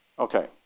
Okay